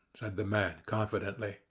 said the man confidently.